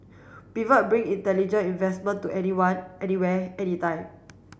pivot bring intelligent investment to anyone anywhere anytime